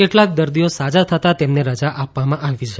કેટલાક દર્દીઓ સાજા થતાં તેમને રજા આપવામાં આવી છે